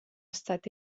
estat